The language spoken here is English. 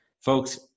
Folks